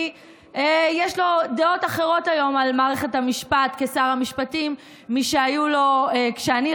יש לו דעות אחרות היום על מערכת המשפט כשר המשפטים משהיו לו כשאני,